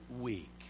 week